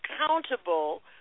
accountable